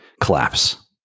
collapse